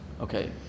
Okay